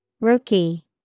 Rookie